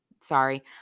Sorry